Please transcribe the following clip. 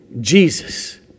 Jesus